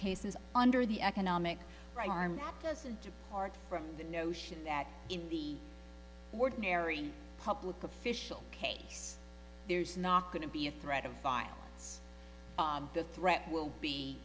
cases under the economic harm naprosyn to art from the notion that in the ordinary public official case there's not going to be a threat of violence the threat will be